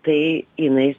tai jinai